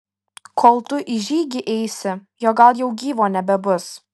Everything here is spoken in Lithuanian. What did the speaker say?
kol tu į žygį eisi jo gal jau gyvo nebebus